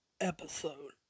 episode